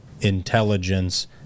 intelligence